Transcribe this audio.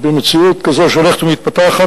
במציאות כזאת שהולכת ומתפתחת,